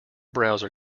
browser